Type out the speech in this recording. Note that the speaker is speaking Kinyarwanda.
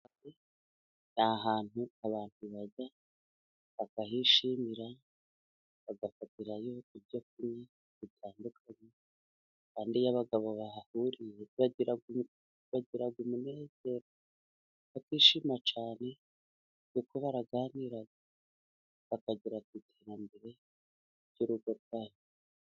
Akabari ni ahantu abantu bajya bakahishimira, bagafatirayo ibyo kunywa bitandukanye. Kandi iyo abagabo bahahuriye bagira umunezero bakishima cyane, kuko baganira bakagera ku iterambere ry'ingo zabo.